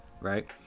right